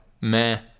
meh